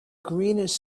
greenish